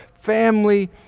family